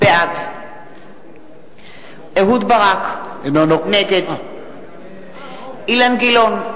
בעד אהוד ברק, נגד אילן גילאון,